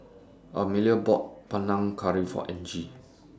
Amelia bought Panang Curry For Angie